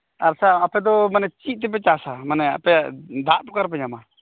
ᱟᱪᱪᱷᱟ ᱟᱯᱮᱫᱚ ᱪᱮᱫ ᱛᱮᱯᱮ ᱪᱟᱥᱟ ᱢᱟᱱᱮ ᱟᱯᱮ ᱫᱟᱜ ᱚᱠᱟᱨᱮᱯᱮ ᱧᱟᱢᱟ